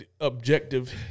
objective